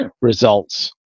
results